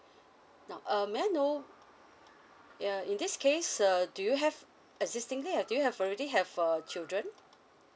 now err may I know yeah in this case err do you have existingly have do you have already have a children